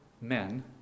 men